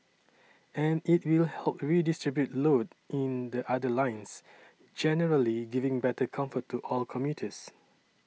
and it will help redistribute load in the other lines generally giving better comfort to all commuters